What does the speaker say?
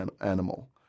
animal